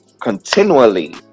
continually